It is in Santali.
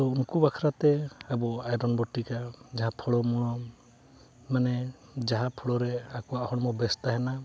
ᱛᱚ ᱩᱱᱠᱩ ᱵᱟᱠᱷᱨᱟ ᱛᱮ ᱟᱵᱚ ᱟᱭᱨᱚᱱ ᱵᱚᱱ ᱴᱷᱤᱠᱟ ᱡᱟᱦᱟᱸ ᱯᱷᱳᱲᱳᱢᱳᱲᱳ ᱢᱟᱱᱮ ᱡᱟᱦᱟᱸ ᱯᱷᱳᱲᱳ ᱨᱮ ᱟᱠᱚᱣᱟᱜ ᱦᱚᱲᱢᱚ ᱵᱮᱹᱥ ᱛᱟᱦᱮᱱᱟ